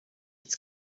its